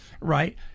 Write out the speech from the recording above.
Right